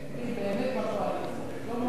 חכה תראה, מי באמת בקואליציה, שלמה מולה.